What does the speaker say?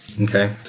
Okay